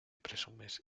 presumes